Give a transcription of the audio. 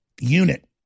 unit